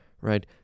right